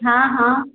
हाँ हाँ